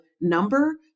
number